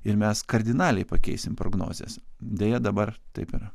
ir mes kardinaliai pakeisim prognozes deja dabar taip yra